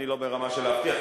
אני לא ברמה של להבטיח.